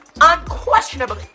unquestionably